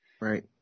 Right